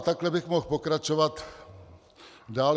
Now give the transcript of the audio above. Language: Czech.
Takhle bych mohl pokračovat dále.